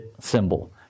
symbol